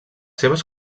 seves